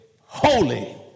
holy